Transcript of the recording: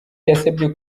yasabye